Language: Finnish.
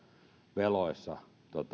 veloissa